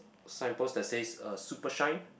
signpost that says uh super shine